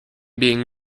being